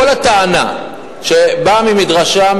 כל הטענה שבאה מבית-מדרשם,